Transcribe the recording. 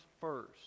first